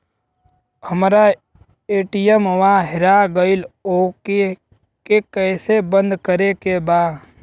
हमरा ए.टी.एम वा हेरा गइल ओ के के कैसे बंद करे के बा?